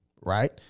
Right